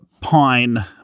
Pine